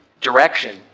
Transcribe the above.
direction